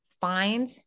find